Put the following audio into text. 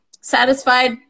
satisfied